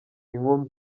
inkumi